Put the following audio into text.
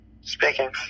Speaking